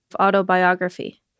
autobiography